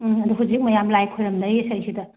ꯑꯗꯣ ꯍꯨꯖꯤꯛ ꯃꯌꯥꯝ ꯂꯥꯏ ꯈꯨꯔꯨꯝꯅꯩ ꯁꯩꯁꯤꯗ